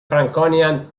franconian